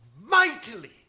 mightily